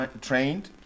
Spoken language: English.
trained